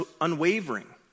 unwavering